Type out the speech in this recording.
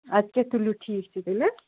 اَدٕ کیٛاہ تُلِو ٹھیٖک چھُ تیٚلہِ